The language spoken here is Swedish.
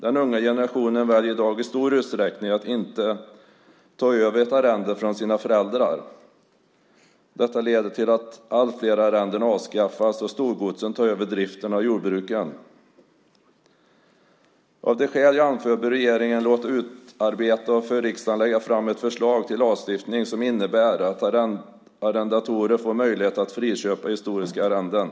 Den unga generationen väljer i dag i stor utsträckning att inte ta över ett arrende från sina föräldrar. Detta leder till att allt fler arrenden avskaffas och till att storgodsen tar över driften av jordbruken. Av de skäl jag anfört bör regeringen låta utarbeta och för riksdagen lägga fram ett förslag till lagstiftning som innebär att arrendatorer får möjlighet att friköpa historiska arrenden.